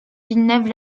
villeneuve